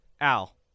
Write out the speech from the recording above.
Al